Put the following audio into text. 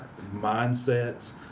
mindsets